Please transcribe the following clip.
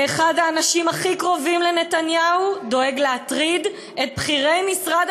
ואחד האנשים הכי קרובים לנתניהו דואג להטריד את בכירי משרד